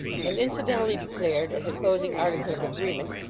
and incidentally declared as a closing article of agreement,